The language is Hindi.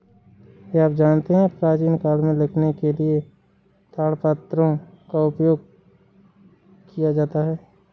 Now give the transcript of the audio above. क्या आप जानते है प्राचीन काल में लिखने के लिए ताड़पत्रों का प्रयोग किया जाता था?